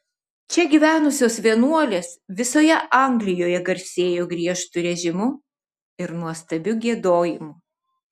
čia gyvenusios vienuolės visoje anglijoje garsėjo griežtu režimu ir nuostabiu giedojimu